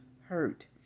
hurt